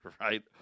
right